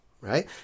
right